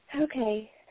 Okay